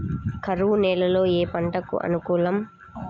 కరువు నేలలో ఏ పంటకు అనుకూలం?